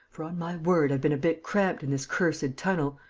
for, on my word, i've been a bit cramped in this cursed tunnel.